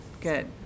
Good